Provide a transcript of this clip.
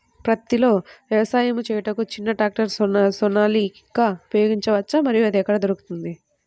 పత్తిలో వ్యవసాయము చేయుటకు చిన్న ట్రాక్టర్ సోనాలిక ఉపయోగించవచ్చా మరియు అది ఎక్కడ దొరుకుతుంది?